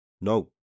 No